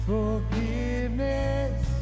Forgiveness